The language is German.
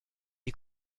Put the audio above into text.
die